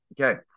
Okay